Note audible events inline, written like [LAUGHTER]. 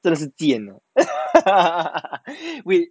真的是贱 [LAUGHS]